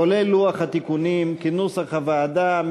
כולל לוח התיקונים, כנוסח הוועדה.